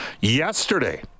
Yesterday